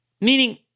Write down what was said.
Meaning